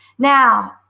Now